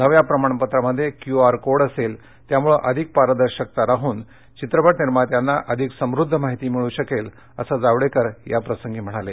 नव्या प्रमाणपत्रामध्ये QR code असेल त्यामुळे अधिक पारदर्शकता राहन चित्रपट निर्मात्यांना अधिक समुद्ध माहिती मिळू शकेल असं जावडेकर याप्रसंगी म्हणाले